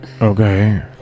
okay